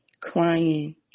crying